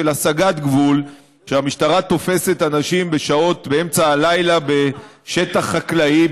של הסגת גבול: כשהמשטרה תופסת אנשים באמצע הלילה בשטח חקלאי,